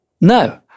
no